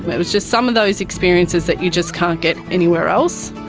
it was just some of those experiences that you just can't get anywhere else.